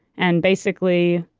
and basically,